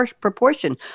proportion